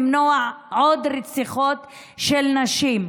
כדי למנוע עוד רציחות של נשים.